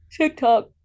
TikTok